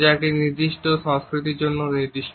যা একটি নির্দিষ্ট সংস্কৃতির জন্য নির্দিষ্ট